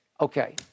Okay